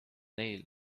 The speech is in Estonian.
neil